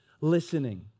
listening